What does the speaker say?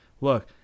Look